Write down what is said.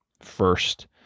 first